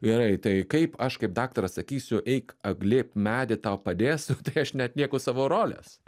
gerai tai kaip aš kaip daktaras sakysiu eik apglėbk medį tau padės tai aš neatlieku savo rolės